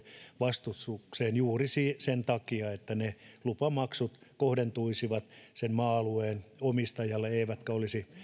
vastustukseen juuri sen takia että ne lupamaksut kohdentuisivat sen maa alueen omistajalle eivätkä olisi